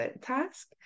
task